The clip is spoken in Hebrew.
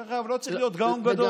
דרך אגב, לא צריך להיות גאון גדול.